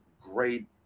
great